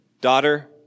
daughter